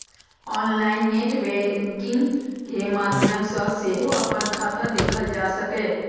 online net banking के माध्यम सं सेहो अपन खाता देखल जा सकैए